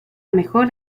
mejor